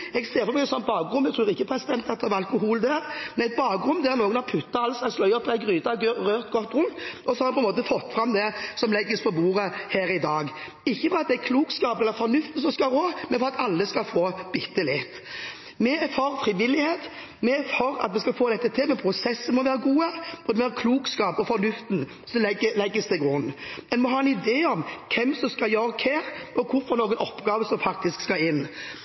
2017 ser jeg for meg et bakrom – jeg tror ikke det var alkohol der – der noen har puttet alt mulig rart opp i en gryte og rørt godt rundt, og så har en på en måte fått fram det som legges på bordet her i dag, ikke fordi det er klokskapen eller fornuften som skal rå, men for at alle skal få bitte litt. Vi er for frivillighet, vi er for at vi skal få dette til, men prosessene må være gode, og det må være klokskap og fornuft som legges til grunn. En må ha en idé om hvem som skal gjøre hva, og hvilke oppgaver som faktisk skal inn.